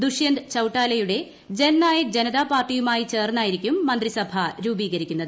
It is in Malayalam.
ദുഷ്യന്ത് ചൌട്ടാലയുടെ ജൻനായക് ജനതാ പാർട്ടിയുമായി ചേർന്നായിരിക്കും മന്ത്രിസഭ രൂപീകരിക്കുന്നത്